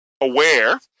aware